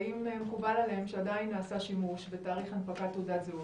האם מקובל עליהם שעדיין נעשה שימוש בתאריך הנפקת תעודת זהות.